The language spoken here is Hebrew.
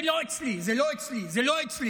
זה לא אצלי, זה לא אצלי, זה לא אצלי.